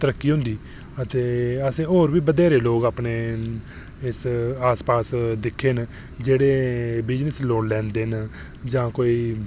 ते तरक्की होंदी ते असें होर बी लोग अपने इस आस पास दिक्खे न जेह्ड़े बिज़नेस लोन लैंदे न जां कोई